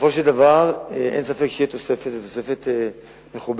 בסופו של דבר אין ספק שתהיה תוספת מכובדת.